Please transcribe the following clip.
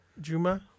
Juma